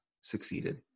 succeeded